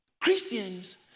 Christians